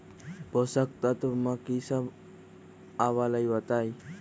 पोषक तत्व म की सब आबलई बताई?